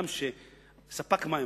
ספק מים,